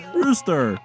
rooster